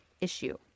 issue